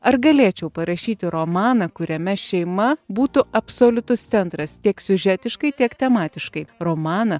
ar galėčiau parašyti romaną kuriame šeima būtų absoliutus centras tiek siužetiškai tiek tematiškai romaną